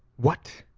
what?